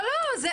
לא לא.